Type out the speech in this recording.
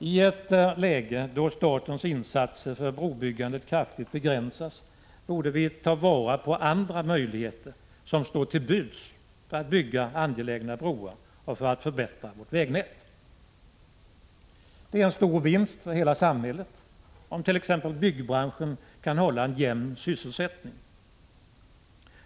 I ett läge då statens insatser för brobyggandet kraftigt begränsas borde vi ta vara på andra möjligheter som står till buds för att bygga angelägna broar och för att förbättra vårt vägnät. Det är en stor vinst för hela samhället om t.ex. byggbranschen kan hålla en jämn sysselsättning.